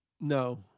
No